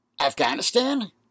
Afghanistan